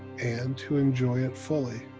and to enjoy it fully.